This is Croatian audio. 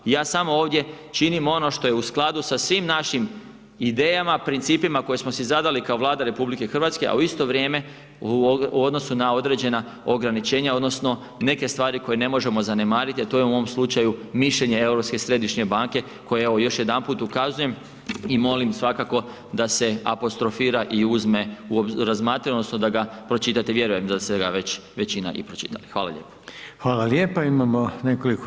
Ja samo ovdje činim ono što je u skladu sa svim našim idejama, principima koje smo si zadali kao Vlada RH, a u isto vrijeme u odnosu na određena ograničenja, odnosno neke stvari koje ne možemo zanemariti, a to je u ovom slučaju mišljenje Europske središnje banke, koja evo još jedanput ukazujem i molim svakako da se apostrofira i uzme u razmatranje odnosno da ga pročitate, vjerujem da ste ga većina i pročitali.